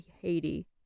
Haiti